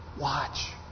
Watch